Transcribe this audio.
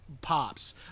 pops